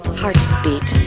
heartbeat